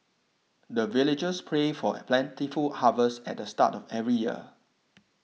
the villagers pray for a plentiful harvest at the start of every year